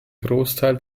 großteil